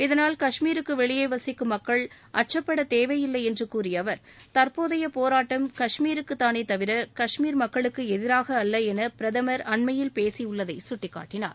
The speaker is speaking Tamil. இதனால் காஷ்மீருக்கு வெளியே வசிக்கும் மக்கள் அச்சுப்பட தேவையில்லை என்று கூறிய அவர் தற்போதைய போராட்டம் காஷ்மீருக்கு தானே தவிர காஷ்மீர் மக்களுக்கு எதிராக அல்ல என பிரதம் அண்மையில் பேசி உள்ளதை சுட்டிக்காட்டினார்